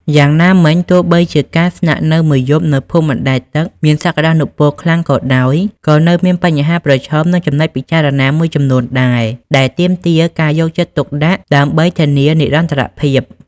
យ៉ាងណាមិញ ទោះបីជាការស្នាក់នៅមួយយប់នៅភូមិបណ្ដែតទឹកមានសក្ដានុពលខ្លាំងក៏ដោយ ក៏នៅមានបញ្ហាប្រឈមនិងចំណុចពិចារណាមួយចំនួនដែរដែលទាមទារការយកចិត្តទុកដាក់ដើម្បីធានានិរន្តរភាព។